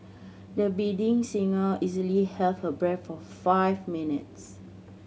the singer easily held her breath for five minutes